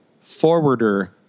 forwarder